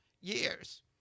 years